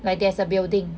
like there's a building